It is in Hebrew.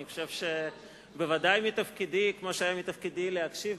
אני חושב שכמו שהיה מתפקידי להקשיב,